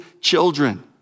children